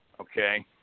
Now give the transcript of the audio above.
Okay